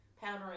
powdering